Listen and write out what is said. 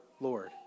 Lord